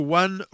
one